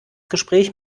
gespräch